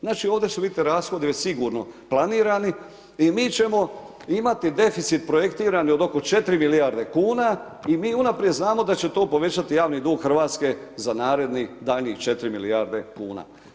Znači ovdje su vidite rashodi već sigurno planirani i mi ćemo imati deficit projektiran oko 4 milijarde kn i mi unaprijed znamo da će to povećati javni dug Hrvatske za narednih daljnje 4 milijarde kn.